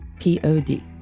P-O-D